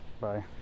Bye